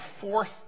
fourth